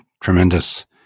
tremendous